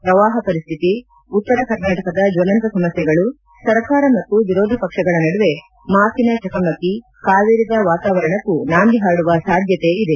ಪ್ರವಾಹ ಪರಿಸ್ಥಿತಿ ಉತ್ತರ ಕರ್ನಾಟಕದ ಜ್ವಲಂತ ಸಮಸ್ಥೆಗಳು ಸರ್ಕಾರ ಮತ್ತು ವಿರೋಧ ಪಕ್ಷಗಳ ನಡುವೆ ಮಾತಿನ ಚಕಮಕಿ ಕಾವೇರಿದ ವಾತಾವರಣಕ್ಕೂ ನಾಂದಿ ಹಾಡುವ ಸಾಧ್ಯತೆ ಇದೆ